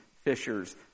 fishers